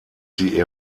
sie